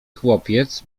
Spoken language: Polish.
chłopiec